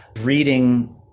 reading